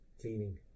cleaning